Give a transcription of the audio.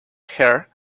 her